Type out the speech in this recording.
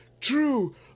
True